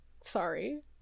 sorry